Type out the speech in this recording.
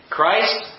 Christ